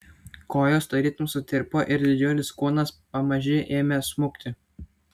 kojos tarytum sutirpo ir didžiulis kūnas pamaži ėmė smukti